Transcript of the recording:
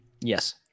Yes